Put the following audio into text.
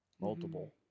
Multiple